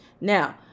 Now